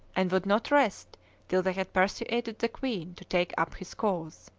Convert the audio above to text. and would not rest till they had persuaded the queen to take up his cause.